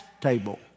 table